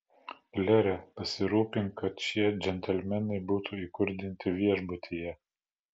klere pasirūpink kad šie džentelmenai būtų įkurdinti viešbutyje